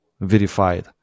verified